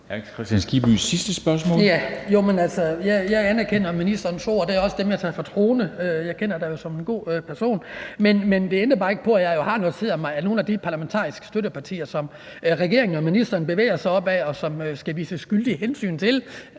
Kristian Skibby (UFG): Jamen altså, jeg anerkender ministerens ord, og det er også dem, jeg mener står til troende – jeg kender dig jo som en god person. Men det ændrer bare ikke på, at jeg har noteret mig, at nogle af de parlamentariske støttepartier, som regeringen og ministeren læner sig op ad, og som de skal tage skyldigt hensyn til,